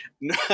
No